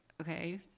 okay